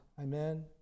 Amen